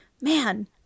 man